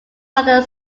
rather